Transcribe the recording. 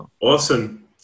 Awesome